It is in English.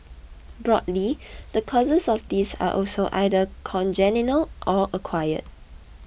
broadly the causes of this are also either congenital or acquired